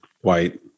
white